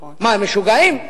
מה, הם משוגעים?